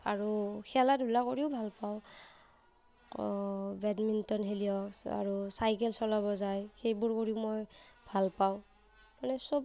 আৰু খেলা ধূলা কৰিওঁ ভাল পাওঁ আকৌ বেডমিণ্টন খেলিও আৰু চাইকেল চলাব যায় সেইবোৰ কৰিও মই ভাল পাওঁ মানে চব